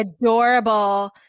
Adorable